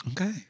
Okay